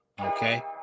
Okay